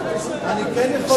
אני כן יכול להסיר.